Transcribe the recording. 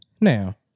Now